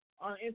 on